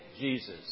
Jesus